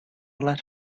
let